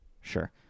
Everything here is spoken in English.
Sure